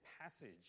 passage